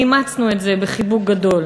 ואימצנו את זה בחיבוק גדול